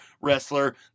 wrestler